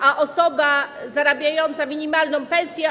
A osoba zarabiająca minimalną pensję?